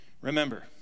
Remember